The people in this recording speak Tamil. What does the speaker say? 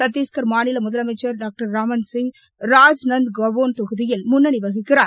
சத்தீஸ்கர் மாநில முதலமைச்சர் டாக்டர் ராமன் சிங் ராஜ்நந்த் காவோன் தொகுதியில் முன்னணி வகிக்கிறார்